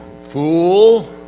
fool